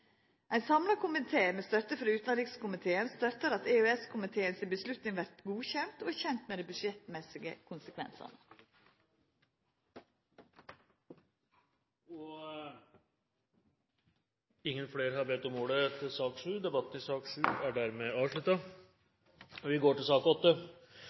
Ein samla komité, med støtte frå utanrikskomiteen, støttar at EØS-komiteen si avgjerd vert godkjend, og er kjente med dei budsjettmessige konsekvensane. Flere har ikke best om ordet til sak